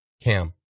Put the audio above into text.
Cam